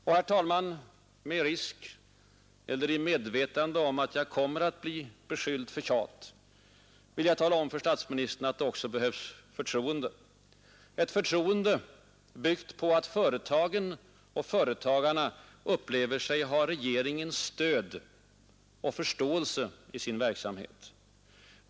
Och, herr talman, i medvetande om att jag kommer att bli beskylld för tjat vill jag tala om för statsministern att det också behövs förtroende, ett förtroende byggt på att företagen och företagarna upplever sig ha regeringens stöd och förståelse i sin verksamhet.